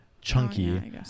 chunky